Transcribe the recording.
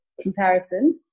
comparison